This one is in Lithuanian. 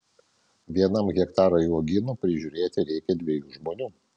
vienam hektarui uogynų prižiūrėti reikia dviejų žmonių